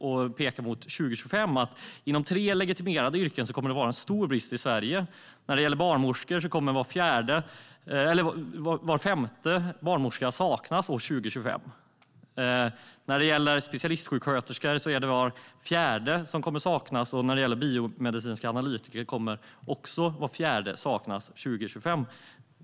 De pekar på att det år 2025 kommer att råda stor brist i Sverige inom tre legitimerade yrken: Var femte barnmorska, var fjärde specialistsjuksköterska och var fjärde biomedicinsk analytiker kommer att saknas 2025.